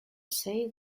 say